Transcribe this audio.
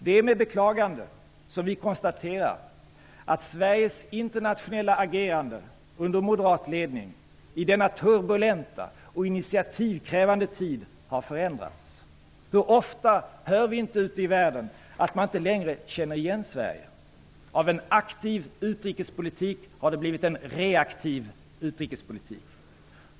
Det är med beklagande som vi konstaterar att Sveriges internationella agerande i denna turbulenta och initiativkrävande tid har förändrats under moderat ledning. Hur ofta hör vi inte ute i världen att man inte längre känner igen Sverige? Av en aktiv utrikespolitik har det blivit en reaktiv utrikespolitik.